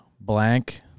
blank